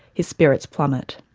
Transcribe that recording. his spirits plummet.